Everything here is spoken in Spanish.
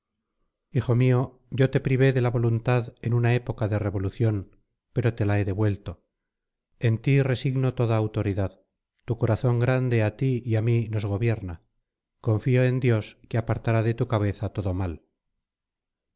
hijo mío yo te privé de la voluntad en una época de revolución pero te la he devuelto en ti resigno toda autoridad tu corazón grande a ti y a mí nos gobierna confío en dios que apartará de tu cabeza todo mal